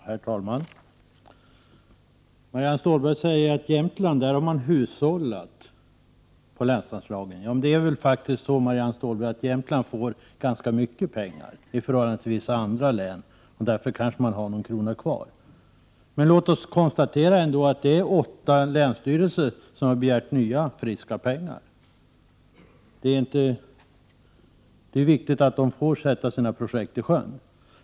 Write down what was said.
Herr talman! Marianne Stålberg sade att man i Jämtland har hushållat med länsanslaget. Men det är faktiskt så att Jämtland får ganska mycket pengar, jämfört med vissa andra län. Därför kanske man har någon krona kvar. Låt oss konstatera att åtta länsstyrelser har begärt nya, ”friska” pengar. Det är viktigt att de får sjösätta sina projekt.